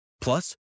Plus